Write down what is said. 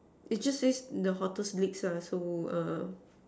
it just says the hottest leaks lah so err